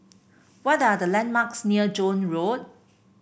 what are the landmarks near Joan Road